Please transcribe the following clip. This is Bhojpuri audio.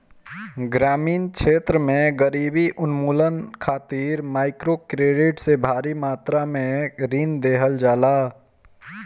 ग्रामीण क्षेत्र में गरीबी उन्मूलन खातिर माइक्रोक्रेडिट से भारी मात्रा में ऋण देहल जाला